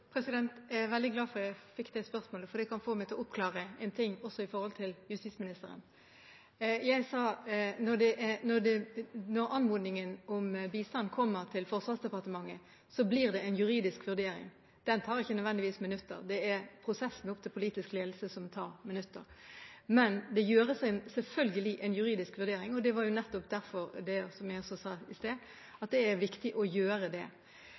Jeg er veldig glad for at jeg fikk det spørsmålet, for det gjør at jeg kan få oppklart en ting, også overfor justisministeren. Jeg sa at når anmodningen om bistand kommer til Forsvarsdepartementet, gjøres det en juridisk vurdering. Den tar ikke nødvendigvis minutter, det er prosessen opp til politisk ledelse som tar minutter. Men det gjøres selvfølgelig en juridisk vurdering, og nettopp derfor sa jeg i sted at det er viktig å gjøre det. Når det gjelder bistandsinstruksen, har den blitt revidert, som justisministeren nevnte. Vi er også i